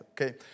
Okay